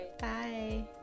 Bye